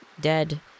dead